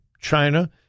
China